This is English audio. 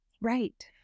Right